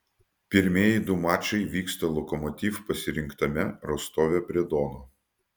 pirmieji du mačai vyksta lokomotiv pasirinktame rostove prie dono